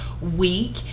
week